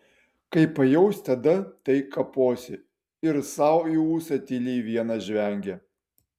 kai pajausi tada tai kaposi ir sau į ūsą tyliai vienas žvengia